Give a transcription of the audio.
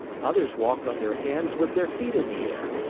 others walked on their hands with their feet in the air.